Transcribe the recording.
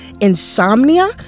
insomnia